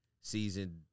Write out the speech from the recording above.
season